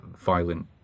violent